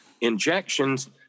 injections